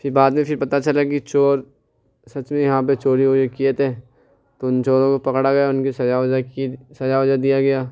پھر بعد میں پھر پتہ چلا کہ چور سچ میں یہاں پر چوری ووری کیے تھے تو ان چوروں کو پکڑا گیا ان كی سزا وزا كی سزا وزا دیا گیا